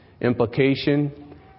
Implication